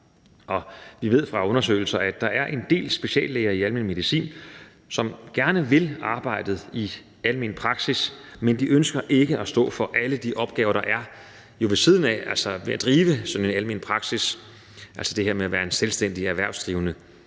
Vi ved fra undersøgelser, at der er en del speciallæger i almen medicin, som gerne vil arbejdet i almen praksis, men de ønsker ikke at stå for alle de opgaver, der jo er ved siden af, med at drive sådan en almen praksis, altså det her med at være en selvstændig erhvervsdrivende,